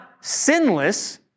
sinless